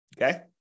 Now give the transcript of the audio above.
Okay